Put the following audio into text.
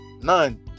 None